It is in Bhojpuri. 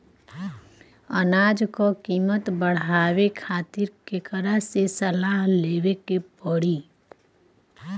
अनाज क कीमत बढ़ावे खातिर केकरा से सलाह लेवे के पड़ी?